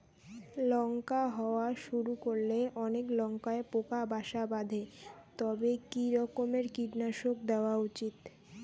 লঙ্কা হওয়া শুরু করলে অনেক লঙ্কায় পোকা বাসা বাঁধে তবে কি রকমের কীটনাশক দেওয়া উচিৎ?